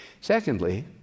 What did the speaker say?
Secondly